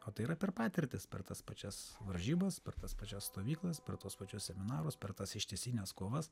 o tai yra per patirtis per tas pačias varžybas per tas pačias stovyklas per tuos pačius seminarus per tas ištisines kovas